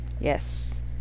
Yes